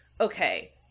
okay